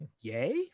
yay